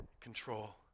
control